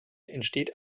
entsteht